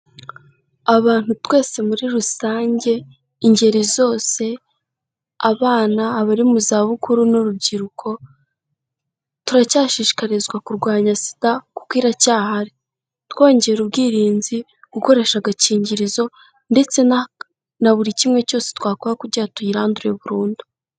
Abantu twese muri rusange, ingeri zose, abana, abari mu zabukuru n'urubyiruko, turacyashishikarizwa kurwanya SIDA kuko iracyahari. Twongera ubwirinzi, gukoresha agakingirizo, ndetse na buri kimwe cyose twakora kugira ngo tuyirandure burundu.